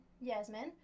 Yasmin